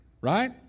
Right